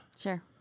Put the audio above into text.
sure